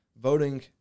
voting